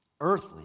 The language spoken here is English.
Earthly